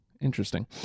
Interesting